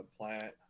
plant